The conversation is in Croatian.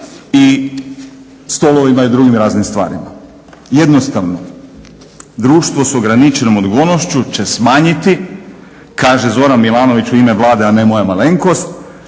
i stolovima i drugim raznim stvarima. Jednostavno društvo s ograničenom odgovornošću će smanjiti, kaže Zoran Milanović u ime Vlade a ne moja malenkost,